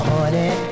Honey